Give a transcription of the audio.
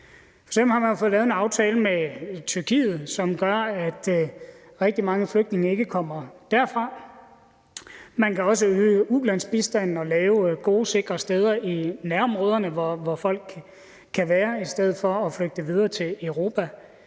F.eks. har man jo fået lavet en aftale med Tyrkiet, som gør, at rigtig mange flygtninge ikke kommer derfra. Man kan også øge ulandsbistanden og lave gode, sikre steder i nærområderne, hvor folk kan være i stedet for at flygte videre til Europa.